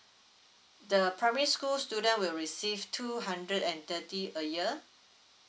the primary school student will receive two hundred and thirty a year